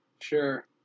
Sure